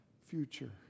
future